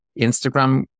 Instagram